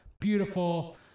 beautiful